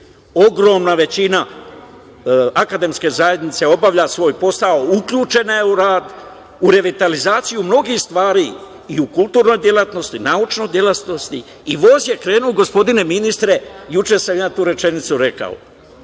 Ogromna većina akademske zajednice obavlja svoj posao, uključena je u rad, u revitalizaciju mnogih stvari i u kulturnoj delatnosti, naučnoj delatnosti i voz je krenuo, gospodine ministre, juče sam tu rečenicu rekao,